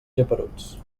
geperuts